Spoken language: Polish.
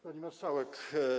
Pani Marszałek!